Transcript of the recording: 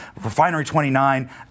Refinery29